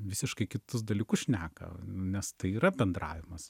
visiškai kitus dalykus šneka nes tai yra bendravimas